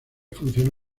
funcionó